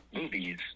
movies